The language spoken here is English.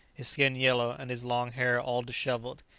his skin yellow, and his long hair all dishevelled.